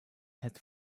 had